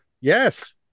Yes